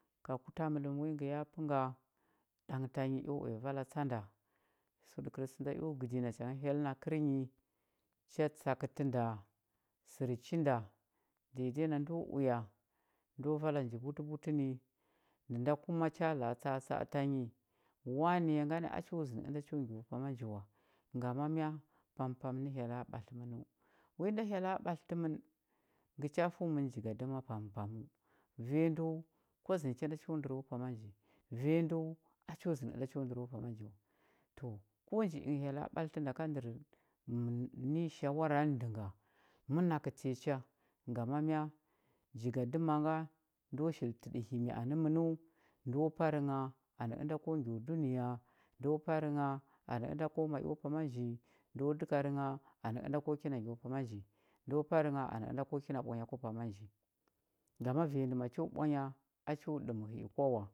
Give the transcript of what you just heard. Ka ku ta mələm wi ngə ya pə nga ɗang tanyi eo uya vala tsa nda huɗəkər sə nda eo gƴdi nacha ngə hyell na kərnyi cha tsakətə da sər chi nda dede na ndo uya ndo vala nji butəbutə ni ndə nda kuma cha la a tsa atsa a tanyi wani ngani a cho zəndə ənda cho ngyo pama nji wa ngama mya pampam nə hyella ɓatlə ənəu wi nda hyella ɓatlətə mən ngə cha fəu mən jigadəma pampaməu anya ndəu kwa zəndə cha nda cho ndəro pama nji vanya ndəu a cho zəndə ənda cho ndəro pama nji wa to ko nji inə hyella ɓatlətə da ka njir nə nyi hawar nə nji ga mənakə tanyi cha ngama mya jigadəma nga ndo shili təɗəhimi anə mənəu ndo par ngha nə ənda ko ngyo dunəya ndo par ngha anə ənda ko ma io pama ji ndo dəkar ngha anə ənda ko kina ngyo pama nji ndo par anə ənda ko kina ɓwanya ku pama nji ngama vanya ndə macho ɓwanya cho ɗəm hə i kwa wa,